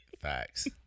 Facts